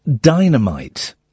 Dynamite